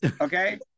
Okay